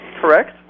Correct